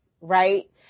right